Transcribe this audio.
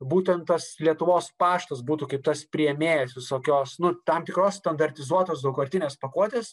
būtent tas lietuvos paštas būtų kaip tas priėmėjas visokios nu tam tikros standartizuotos daugkartinės pakuotės